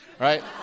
right